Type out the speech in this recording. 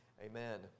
Amen